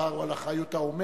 הדבר הוא על אחריות האומר.